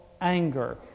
anger